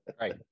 Right